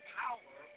power